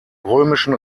römischen